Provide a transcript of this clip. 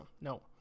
No